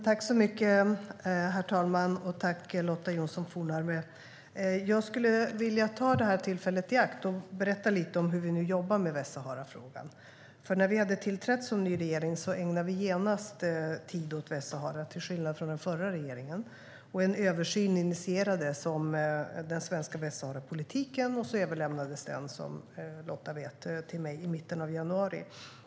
Herr talman! Tack, Lotta Johnsson Fornarve! Jag skulle vilja ta tillfället i akt och berätta lite om hur vi nu jobbar med Västsaharafrågan. När vi hade tillträtt som ny regering ägnade vi genast tid åt Västsahara, till skillnad från den förra regeringen. En översyn av den svenska Västsaharapolitiken initierades, och som Lotta vet överlämnades den till mig i mitten av januari.